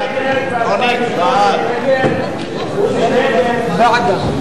חבר הכנסת אברהם דיכטר, קבוצת סיעת חד"ש,